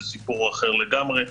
זה סיפור אחר לגמרי,